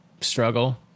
struggle